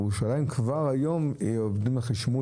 בירושלים כבר היום עובדים על חשמול